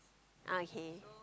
ah okay